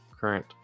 current